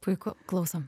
puiku klausom